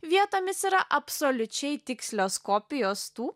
vietomis yra absoliučiai tikslios kopijos tų